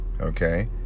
Okay